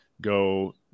go